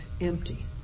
empty